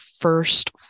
first